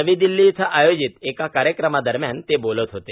नवी दिल्ली इथं आयोजित एका कार्यक्रमादरम्यान ते बोलत होते